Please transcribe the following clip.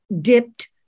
dipped